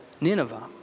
Nineveh